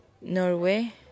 Norway